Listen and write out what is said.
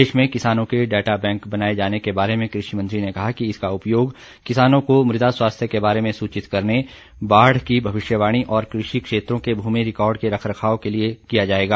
देश में किसानों के डेटा बैंक बनाए जाने के बारे में कृषि मंत्री र्न कहा कि इसका उपयोग किसानों को मृदा स्वास्थ्य के बारे में सूचित करने बाढ़ की भविष्यवाणी और कृषि क्षेत्रों के भूमि रिकॉर्ड के रखरखाव के लिए किया जाएगा